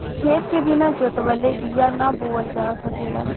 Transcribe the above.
खेत के बिना जोतवले बिया ना बोअल जा सकेला